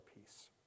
peace